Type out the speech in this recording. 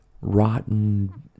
rotten